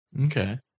Okay